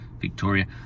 Victoria